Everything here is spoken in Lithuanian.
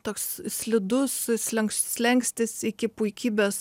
toks slidus slenk slenkstis iki puikybės